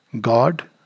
God